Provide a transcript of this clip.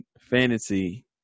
fantasy